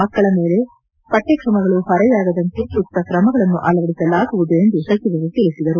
ಮಕ್ಕಳ ಮೇಲೆ ಪಠಕ್ರಮಗಳು ಹೊರೆಯಾಗದಂತೆ ಸೂಕ್ತ ಕ್ರಮಗಳನ್ನು ಅಳವಡಿಸಲಾಗುವುದು ಎಂದು ಸಚಿವರು ತಿಳಿಸಿದರು